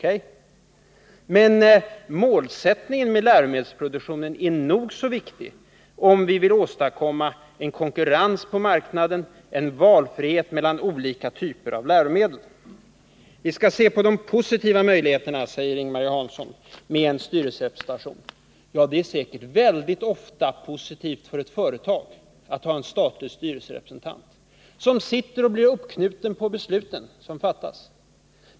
för det, men målsättningen med läromedelsproduktionen är nog så viktig om vi vill åstadkomma konkurrens på marknaden och valfrihet mellan olika slag av läromedel. Vi skall se till de positiva möjligheterna med styrelserepresentation, säger Ing-Marie Hansson vidare. Ja, det är säkert väldigt ofta positivt för ett företag att ha en statlig styrelserepresentant. Denne blir ju uppknuten av de beslut som fattas.